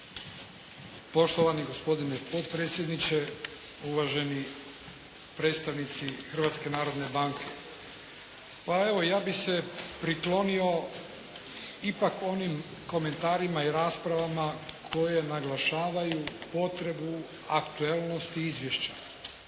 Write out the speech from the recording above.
Poštovani gospodine potpredsjedniče, uvaženi predstavnici Hrvatske narodne banke. Pa evo, ja bih se priklonio ipak onim komentarima i raspravama koje naglašavaju potrebu aktualnosti Izvješća.